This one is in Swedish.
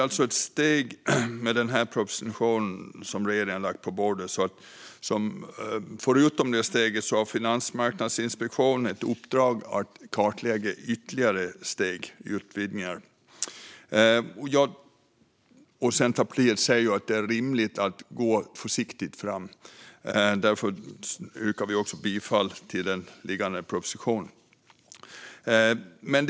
Förutom det steg vi nu tar med regeringens proposition har Finansinspektionen ett uppdrag att kartlägga ytterligare utvidgningar. Centerpartiet anser att det är rimligt att gå försiktigt fram och yrkar därför bifall till propositionen.